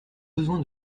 besoin